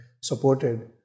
supported